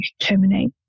terminate